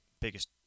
biggest